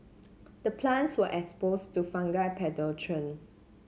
the plants were exposed to fungal